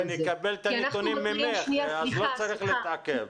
כי אנחנו נקבל את הנתונים אז לא צריך להתעכב.